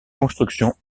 construction